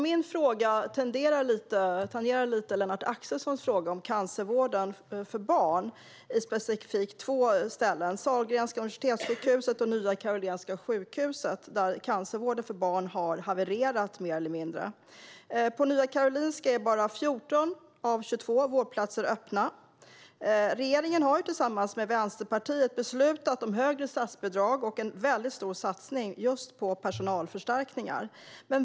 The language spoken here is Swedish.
Min frågar tangerar Lennart Axelssons fråga om cancervården för barn på specifikt två ställen, Sahlgrenska universitetssjukhuset och Nya Karolinska sjukhuset, där cancervården för barn mer eller mindre har havererat. På Nya Karolinska är bara 14 av 22 vårdplatser öppna. Regeringen har tillsammans med Vänsterpartiet beslutat om högre statsbidrag och om en stor satsning på just personalförstärkning.